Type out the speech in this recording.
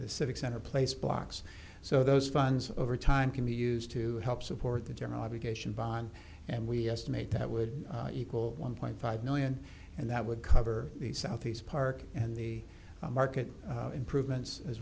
the civic center place blocks so those funds over time can be used to help support the general obligation bond and we estimate that would equal one point five million and that would cover the southeast park and the market improvements as